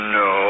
no